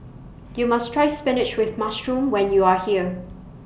YOU must Try Spinach with Mushroom when YOU Are here